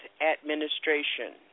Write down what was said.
Administration